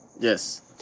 Yes